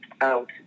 out